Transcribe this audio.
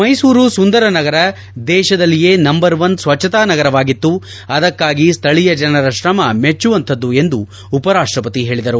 ಮೈಸೂರು ಸುಂದರ ನಗರ ದೇಶದಲ್ಲಿಯೇ ನಂಬರ್ ಒನ್ ಸ್ವಜ್ವತಾ ನಗರವಾಗಿತ್ತು ಅದಕ್ಕಾಗಿ ಸ್ವಳೀಯ ಜನರ ಶ್ರಮ ಮೆಚ್ಚುವಂತಹುದು ಎಂದು ಉಪರಾಷ್ಷಪತಿ ಹೇಳಿದರು